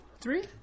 Three